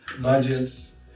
Budgets